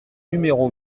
numéro